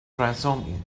transform